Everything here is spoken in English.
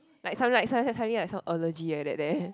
like sud~ sudden suddenly some allergy like that there